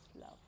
love